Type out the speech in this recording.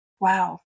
Wow